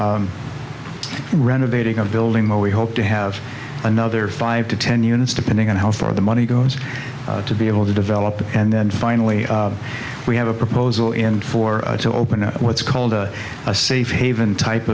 renovating a building where we hope to have another five to ten units depending on how far the money goes to be able to develop and then finally we have a proposal in four to open up what's called a safe haven type